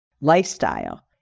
lifestyle